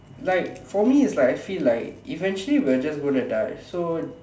like for me is like I feel like eventually we are going die so